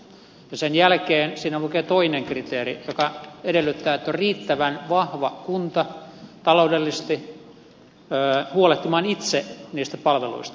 sen jälkeen siinä lukee toinen kriteeri joka edellyttää että on riittävän vahva kunta taloudellisesti huolehtimaan itse niistä palveluista